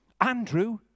Andrew